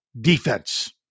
defense